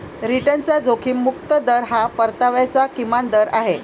रिटर्नचा जोखीम मुक्त दर हा परताव्याचा किमान दर आहे